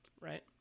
right